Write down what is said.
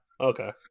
okay